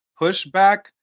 pushback